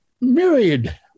myriad